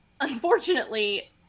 unfortunately